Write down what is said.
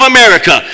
America